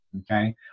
Okay